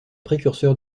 précurseur